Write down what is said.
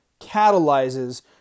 catalyzes